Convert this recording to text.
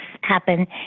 happen